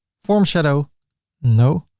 form shadow no.